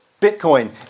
Bitcoin